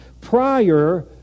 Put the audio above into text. prior